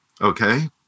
okay